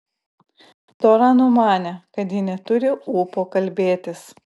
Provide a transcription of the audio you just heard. tora numanė kad ji neturi ūpo kalbėtis